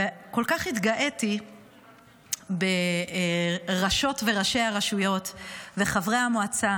וכל כך התגאיתי בראשות ובראשי הרשויות וחברי המועצה